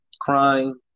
crying